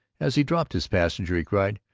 as he dropped his passenger he cried,